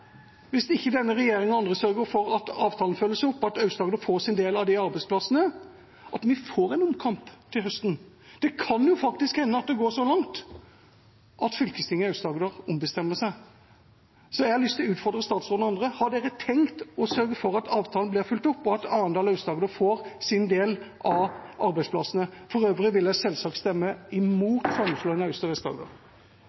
hvis denne regjeringa eller andre ikke sørger for at avtalen følges opp, og at Aust-Agder får sin del av de arbeidsplassene, at vi får en omkamp til høsten. Det kan faktisk hende at det går så langt at fylkestinget i Aust-Agder ombestemmer seg. Så jeg har lyst å utfordre statsråden og andre: Har dere tenkt å sørge for at avtalen blir fulgt opp, og at Arendal og Aust-Agder får sin del av arbeidsplassene? For øvrig vil jeg selvsagt stemme